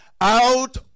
out